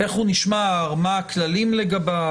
מה הכללים לגביו?